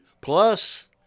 plus